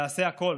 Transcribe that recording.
ואעשה הכול